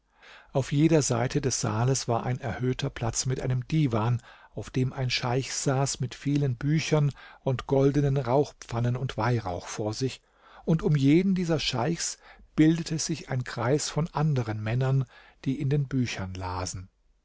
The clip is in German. auf jeder seite des saales war ein erhöhter platz mit einem divan auf dem ein scheich saß mit vielen büchern und goldenen rauchpfannen und weihrauch vor sich und um jeden dieser scheichs bildete sich ein kreis von anderen männern die in den büchern lasen